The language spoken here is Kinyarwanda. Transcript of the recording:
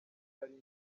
nari